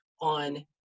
on